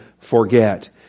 Forget